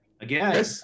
Again